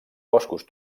boscos